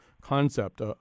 concept